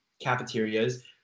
cafeterias